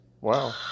Wow